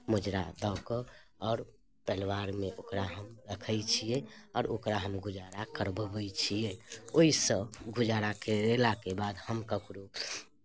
मोजरा दऽ कऽ आओर परिवारमे ओकरा हम रखैत छियै आओर ओकरा हम गुजारा करवबैत छियै ओहिसँ गुजारा करेलाके बाद हम ककरो